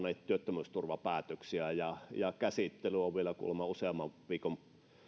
työttömyysturvapäätöksiä ja ja käsittely on vielä kuulemma useamman viikon